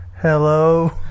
Hello